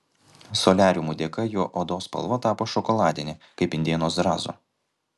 soliariumų dėka jo odos spalva tapo šokoladinė kaip indėno zrazo